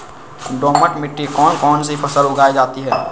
दोमट मिट्टी कौन कौन सी फसलें उगाई जाती है?